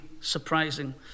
surprising